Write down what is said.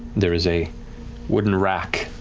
there is a wooden rack,